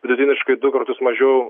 vidutiniškai du kartus mažiau